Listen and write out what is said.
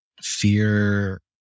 fear